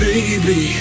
Baby